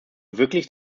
wirklich